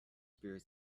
the